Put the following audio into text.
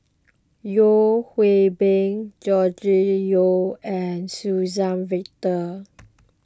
Yeo Hwee Bin Gregory Yong and Suzann Victor